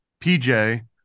PJ